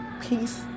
Peace